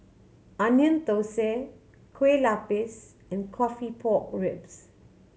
Onion Thosai Kueh Lapis and coffee pork ribs